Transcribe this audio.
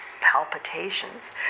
palpitations